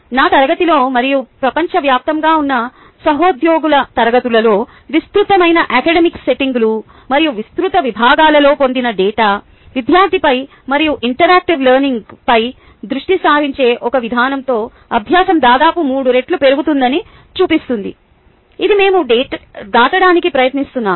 నా తరగతిలో మరియు ప్రపంచవ్యాప్తంగా ఉన్న సహోద్యోగుల తరగతులలో విస్తృతమైన అకాడెమిక్ సెట్టింగులు మరియు విస్తృత విభాగాలలో పొందిన డేటా విద్యార్థిపై మరియు ఇంటరాక్టివ్ లెర్నింగ్పై దృష్టి సారించే ఒక విధానంతో అభ్యాసం దాదాపు మూడు రెట్లు పెరుగుతుందని చూపిస్తుంది ఇది మేము దాటడానికి ప్రయత్నిస్తున్నారు